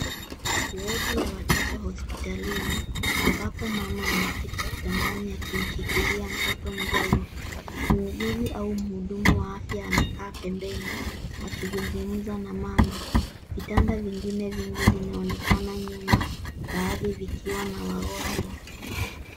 Wodi ya watoto hospitalini ambapo mama amekiti kitandani akimshikilia mtoto mdogo. Muuguzi au mhudumu wa afya amekaa pembeni akizungumza na mama. Vitanda vingine vingi vinaonekana nyuma, baadhi vikiwa na wagonjwa.